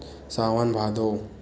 सावन भादो